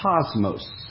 cosmos